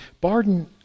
Barden